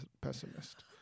pessimist